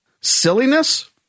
Silliness